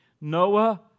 Noah